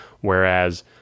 Whereas